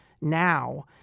now